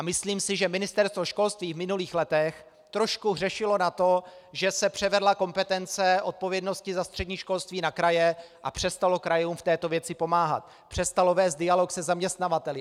Myslím si, že Ministerstvo školství v minulých letech trošku hřešilo na to, že se převedla kompetence odpovědnosti za střední školství na kraje, a přestalo krajům v této věci pomáhat, přestalo vést dialog se zaměstnavateli.